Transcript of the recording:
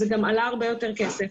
זה גם עלה הרבה יותר כסף,